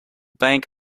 bank